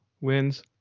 wins